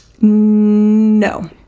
No